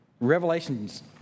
Revelations